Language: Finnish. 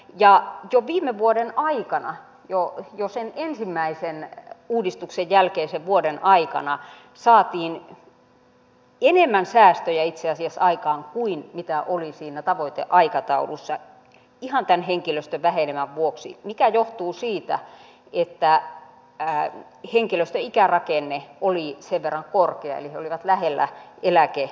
jo viime vuoden aikana jo sen ensimmäisen uudistuksen jälkeisen vuoden aikana saatiin enemmän säästöjä itse asiassa aikaan kuin mitä oli siinä tavoiteaikataulussa ihan tämän henkilöstövähenemän vuoksi mikä johtuu siitä että henkilöstön ikärakenne oli sen verran korkea eli he olivat lähellä eläkeikää